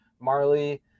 Marley